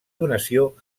donació